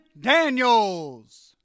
Daniels